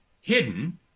hidden